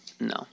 no